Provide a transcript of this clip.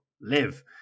live